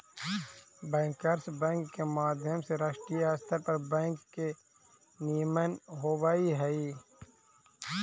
bankers bank के माध्यम से राष्ट्रीय स्तर पर बैंक के नियमन होवऽ हइ